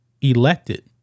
elected